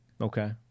Okay